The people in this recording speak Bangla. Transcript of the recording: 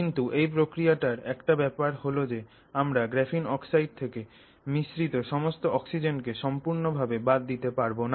কিন্তু এই প্রক্রিয়াটার একটা ব্যাপার হল যে আমরা গ্রাফিন অক্সাইড থেকে মিশ্রিত সমস্ত অক্সিজেনকে সম্পূর্ণ ভাবে বাদ দিতে পারবো না